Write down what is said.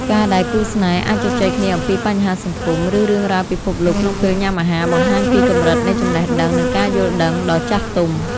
ការដែលគូស្នេហ៍អាចជជែកគ្នាអំពីបញ្ហាសង្គម ឬរឿងរ៉ាវពិភពលោកក្នុងពេលញ៉ាំអាហារ បង្ហាញពីកម្រិតនៃចំណេះដឹង និងការយល់ដឹងដ៏ចាស់ទុំ។